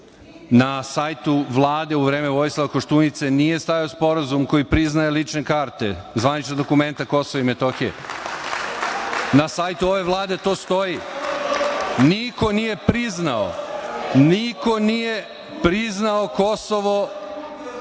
Na sajtu Vlade u vreme Vojislava Koštunice nije stajao Sporazum koji priznaje lične karte, zvanična dokumenta Kosova i Metohije. Na sajtu ove Vlade to stoji. Niko nije priznao Kosovo…Samo polako.